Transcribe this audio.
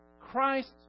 Christ